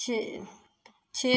छओ छओ